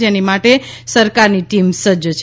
જેની માટે સરકારની ટીમ સજ્જ છે